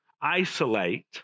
isolate